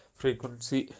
frequency